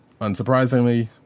unsurprisingly